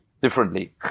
differently